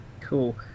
Cool